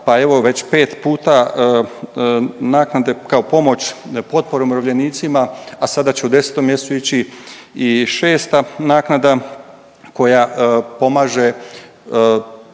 pa evo već pet puta naknade kao pomoć potpora umirovljenicima a sada će u 10 mjesecu ići i šesta naknada koja pomaže